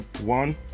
one